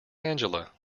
angela